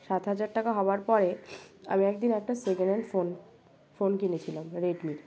সাত হাজার টাকা হওয়ার পরে আমি একদিন একটা সেকেন্ড হ্যান্ড ফোন ফোন কিনেছিলাম রেডমির